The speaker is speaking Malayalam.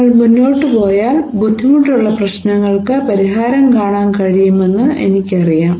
നിങ്ങൾ മുന്നോട്ട് പോയാൽ ബുദ്ധിമുട്ടുള്ള പ്രശ്നങ്ങൾക്ക് പരിഹാരം കാണാൻ കഴിയുമെന്ന് എനിക്കറിയാം